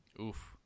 Oof